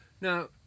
Now